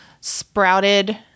sprouted